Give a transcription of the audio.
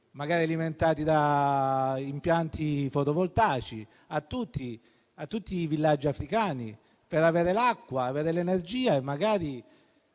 magari alimentati da impianti fotovoltaici, a tutti i villaggi africani: per avere acqua, energia e magari